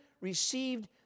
received